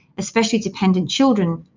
especially dependent children,